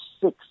six